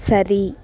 சரி